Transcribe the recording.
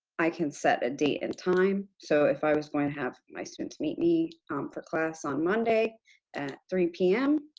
i can set a date and time. so, if i was going to have my students meet me for class on monday at three zero pm,